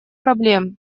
проблем